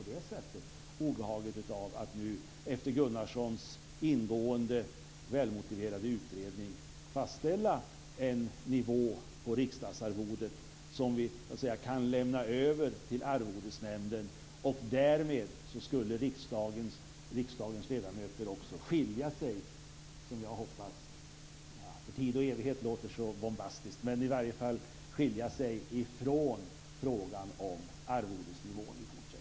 Vi får ta på oss obehaget av att nu efter Gunnarssons ingående och välmotiverade utredning fastställa en nivå på riksdagsarvodet som vi så att säga kan lämna över till arvodesnämnden. Därmed skulle riksdagens ledamöter också skilja sig - för tid och evighet låter så bombastiskt men i alla fall skilja sig - från frågan om arvodesnivån i fortsättningen.